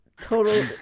Total